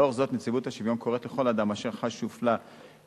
לאור זאת נציבות השוויון קוראת לכל אדם אשר חש שהופלה בשל